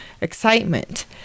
excitement